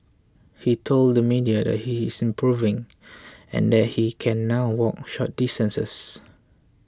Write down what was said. he told the media that he is improving and that he can now walk short distances